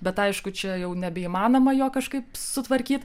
bet aišku čia jau nebeįmanoma jo kažkaip sutvarkyti